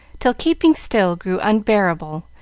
till keeping still grew unbearable,